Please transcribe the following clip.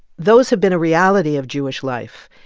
those have been a reality of jewish life.